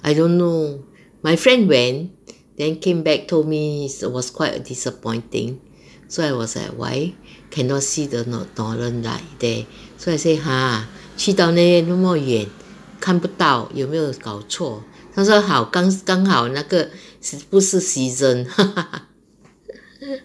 I don't know my friend went then came back told me it was quite a disappointing so I was like why cannot see the north northern light leh so I say !huh! 去到那边那么远看不到有没有搞错她说好刚好那个时不是 season